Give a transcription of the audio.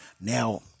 Now